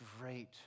great